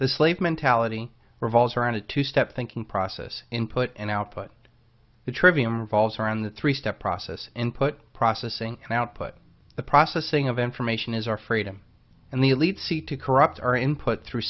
slave mentality revolves around a two step thinking process input and output the trivium revolves around the three step process input processing and output the processing of information is our freedom and the elites see to corrupt our input through